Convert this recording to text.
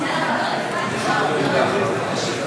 בבקשה, אדוני.